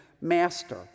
master